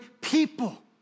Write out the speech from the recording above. people